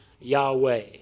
Yahweh